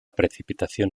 precipitación